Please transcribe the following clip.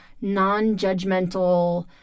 non-judgmental